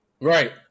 Right